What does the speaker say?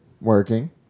working